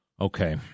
Okay